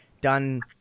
done